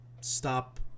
stop